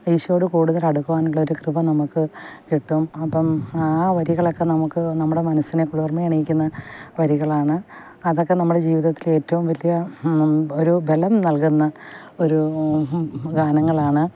ഈശോയോട് കൂടുതൽ അടുക്കുവാനുള്ള ഒരു കൃപ നമുക്ക് കിട്ടും അപ്പം ആ വരികളൊക്കെ നമുക്ക് നമ്മുടെ മനസ്സിനെ കുളിർമയണിക്കുന്ന വരികളാണ് അതൊക്കെ നമ്മുടെ ജീവിതത്തിലെ ഏറ്റവും വലിയ ഒരു ബലം നൽകുന്ന ഒരു ഗാനങ്ങളാണ്